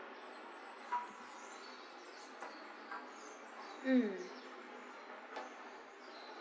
mm